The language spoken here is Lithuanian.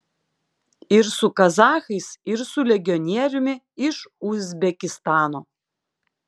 ir su kazachais ir su legionieriumi iš uzbekistano